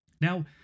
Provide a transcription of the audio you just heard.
Now